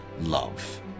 love